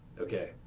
Okay